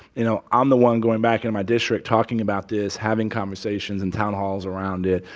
you know, i'm the one going back in my district, talking about this, having conversations in town halls around it,